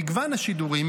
מגוון השידורים,